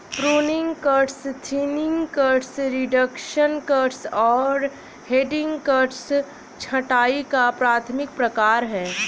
pruning cuts, thinning cuts, reduction cuts और heading cuts छंटाई का प्राथमिक प्रकार हैं